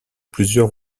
plusieurs